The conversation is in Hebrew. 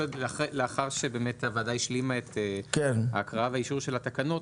לאחר שהוועדה השלימה את ההקראה והאישור של התקנות,